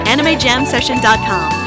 AnimeJamSession.com